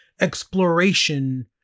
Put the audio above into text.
exploration